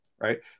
Right